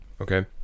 Okay